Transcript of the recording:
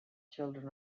children